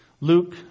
Luke